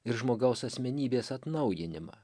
ir žmogaus asmenybės atnaujinimą